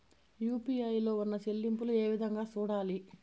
UPI లో ఉన్న చెల్లింపులు ఏ విధంగా సూడాలి